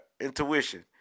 intuition